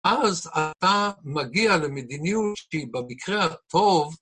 אז אתה מגיע למדיניות שבמקרה הטוב